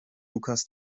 lukas